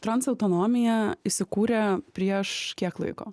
trans autonomija įsikūrė prieš kiek laiko